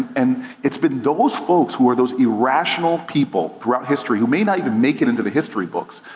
and it's been those folks, who are those irrational people throughout history, who may not even make it into the history books,